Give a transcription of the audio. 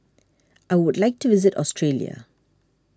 I would like to visit Australia